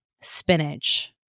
spinach